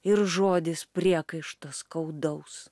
ir žodis priekaišto skaudaus